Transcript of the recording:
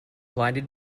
blinded